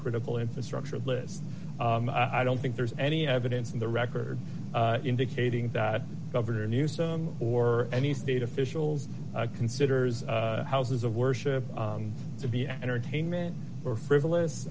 critical infrastructure list i don't think there's any evidence on the record indicating that governor newsom or any state officials considers houses of worship to be entertainment or frivolous